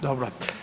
Dobro.